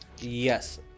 Yes